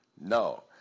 No